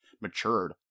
matured